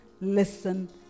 listen